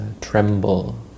tremble